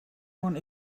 one